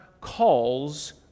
calls